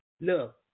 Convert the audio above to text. Look